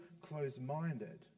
close-minded